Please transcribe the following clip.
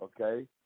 okay